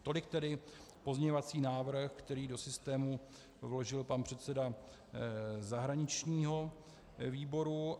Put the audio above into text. Tolik tedy pozměňovací návrh, který do systému vložil pan předseda zahraničního výboru.